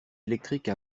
électrique